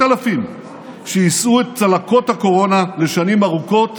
אלפים שיישאו את צלקות הקורונה לשנים ארוכות